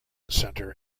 centre